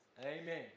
Amen